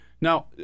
Now